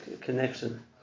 connection